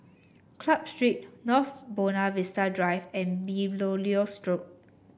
Club Street North Buona Vista Drive and Belilios Road